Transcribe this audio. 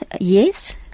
yes